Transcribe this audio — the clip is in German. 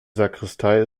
sakristei